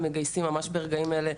הם מגייסים ממש ברגעים אלה.